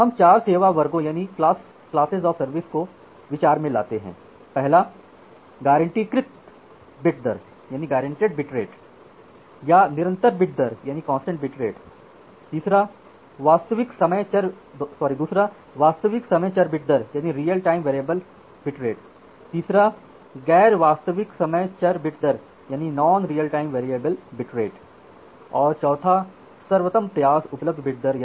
हम 4 सेवा वर्गों को विचार में लाते हैं - १ गारंटीकृत बिट दर या निरंतर बिट दर २ वास्तविक समय चर बिट दर ३ गैर वास्तविक समय चर बिट दर और ४ सर्वोत्तम प्रयास उपलब्ध बिट दर